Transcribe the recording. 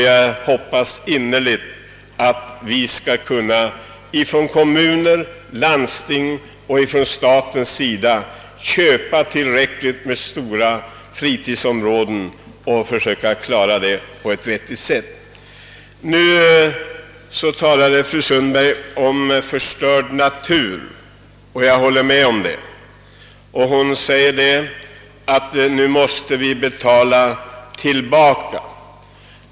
Jag hoppas innerligt att kommuner och landsting lika väl som staten på ett vettigt sätt skall kunna köpa in tillräckligt stora fritidsområden. Fru Sundberg talade om att vi har förstört naturen — det håller jag med henne om — och att vi nu måste betala tillbaka.